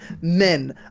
Men